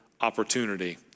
opportunity